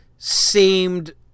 seemed